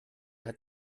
hat